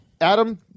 Adam